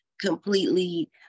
completely